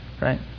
right